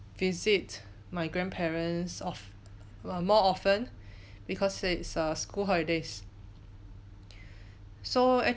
visit my grandparents oft~ more often because it's a school holidays so